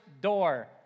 door